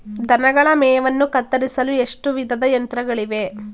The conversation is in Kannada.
ದನಗಳ ಮೇವನ್ನು ಕತ್ತರಿಸಲು ಎಷ್ಟು ವಿಧದ ಯಂತ್ರಗಳಿವೆ?